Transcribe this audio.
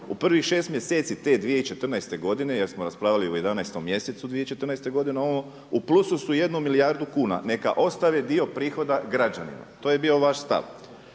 u prvih 6 mjeseci te 2014. godine jer smo raspravljali u 11 mjesecu 2014. godine u plusu su 1 milijardu kuna. Neka ostave dio prihoda građanima. To je bio vaš stav.